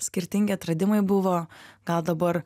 skirtingi atradimai buvo gal dabar